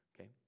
okay